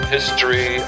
History